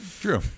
True